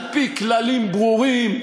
על-פי כללים ברורים.